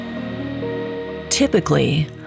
Typically